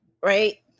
right